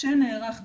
שנערך בחו"ל,